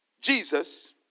Jesus